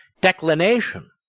declination